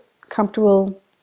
comfortable